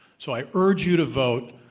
so i urge you to vote.